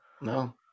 No